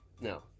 No